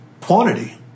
quantity